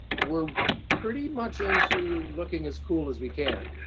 we're pretty much into looking as cool as we can.